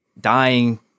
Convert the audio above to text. dying